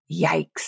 Yikes